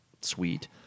sweet